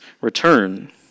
return